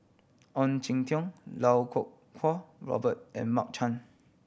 Ong Jin Teong Iau Kuo Kwong Robert and Mark Chan